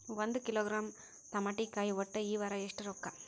ಒಂದ್ ಕಿಲೋಗ್ರಾಂ ತಮಾಟಿಕಾಯಿ ಒಟ್ಟ ಈ ವಾರ ಎಷ್ಟ ರೊಕ್ಕಾ?